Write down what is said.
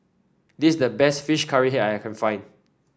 this is the best fish curry head that I can find